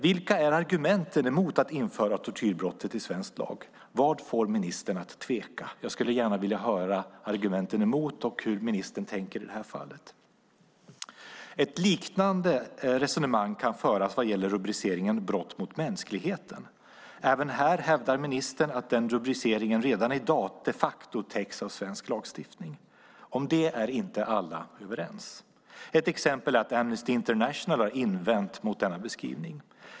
Vilka är argumenten emot att införa tortyrbrottet i svensk lag? Vad får ministern att tveka? Jag skulle gärna vilja höra argumenten emot och hur ministern tänker i det här fallet. Ett liknande resonemang kan föras vad gäller rubriceringen brott mot mänskligheten. Även här hävdar ministern att den rubriceringen redan i dag de facto täcks av svensk lagstiftning. Om detta är inte alla överens. Amnesty International har till exempel invänt mot denna beskrivning.